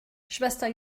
schwester